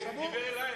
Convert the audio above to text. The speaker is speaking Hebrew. הוא דיבר אלי.